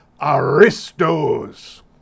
Aristos